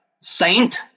Saint